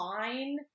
fine